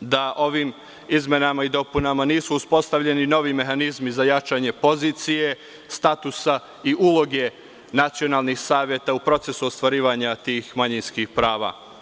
da ovim izmenama i dopunama nisu uspostavljeni novi mehanizmi za jačanje pozicije, statusa i uloge nacionalnih saveta u procesu ostvarivanja tih manjinskih prava.